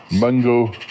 mango